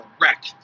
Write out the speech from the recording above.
wreck